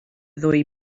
ddwy